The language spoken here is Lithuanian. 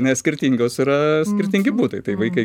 nes skirtingos yra skirtingi būdai tai vaikai